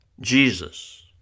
Jesus